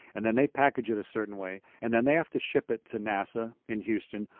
and then they package it a certain way and then they have to ship it to nasa in houston.